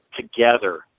together